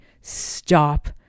stop